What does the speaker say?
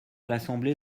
l’assemblée